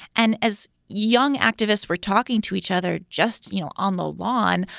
and as young activists were talking to each other just, you know, on the lawn,